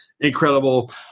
incredible